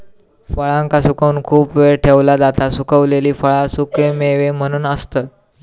फळांका सुकवून खूप वेळ ठेवला जाता सुखवलेली फळा सुखेमेवे म्हणून असतत